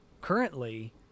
currently